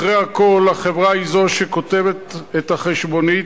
אחרי הכול, החברה היא זו שכותבת את החשבונית,